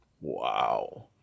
Wow